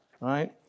Right